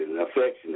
affectionate